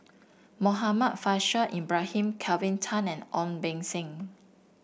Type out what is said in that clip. Muhammad Faishal Ibrahim Kelvin Tan and Ong Beng Seng